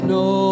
no